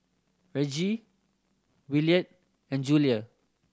Reggie Williard and Julia